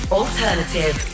alternative